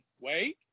Wait